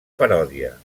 paròdia